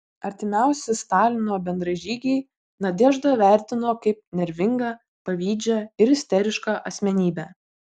artimiausi stalino bendražygiai nadeždą vertino kaip nervingą pavydžią ir isterišką asmenybę